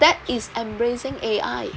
that is embracing A_I